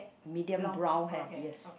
medium brown hair yes